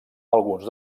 alguns